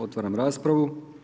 Otvaram raspravu.